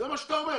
זה מה שאתה אומר.